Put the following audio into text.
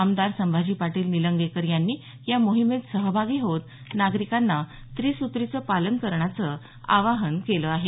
आमदार संभाजी पाटील निलंगेकर यांनी या मोहिमेत सहभागी होत नागरिकांना त्रिसुत्रीचं पालन करण्याचं आवाहन केलं आहे